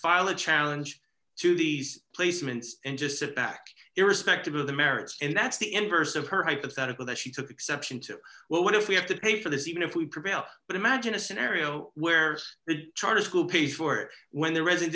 file a challenge to these placements and just sit back irrespective of the merits and that's the inverse of her hypothetical that she took exception to what if we have to pay for this even if we prevail but imagine a scenario where the charter school pays for it when the